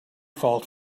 fault